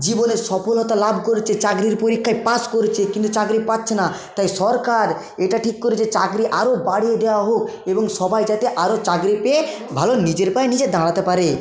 জীবনে সফলতা লাভ করেচে চাকরির পরীক্ষায় পাশ করছে কিন্তু চাকরি পাচ্ছে না তাই সরকার এটা ঠিক করেচে চাকরি আরও বাড়িয়ে দেওয়া হোক এবং সবাই যাতে আরও চাকরি পেয়ে ভালো নিজের পায়ে নিজে দাঁড়াতে পারে